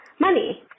money